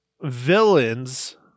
villains